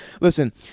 listen